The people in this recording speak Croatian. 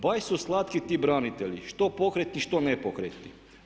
Baš su slatki ti branitelji, što pokretni, što nepokretni.